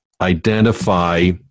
identify